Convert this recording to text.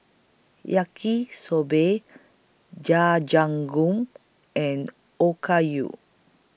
Yaki Soba Jajangmyeon and Okayu